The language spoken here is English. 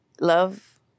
love